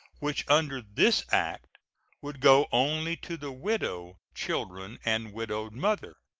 which under this act would go only to the widow, children, and widowed mother.